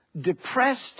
depressed